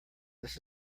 this